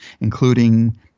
including